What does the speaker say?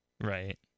Right